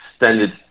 Extended